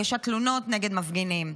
הגשת תלונות נגד מפגינים,